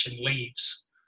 leaves